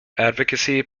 advocacy